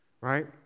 right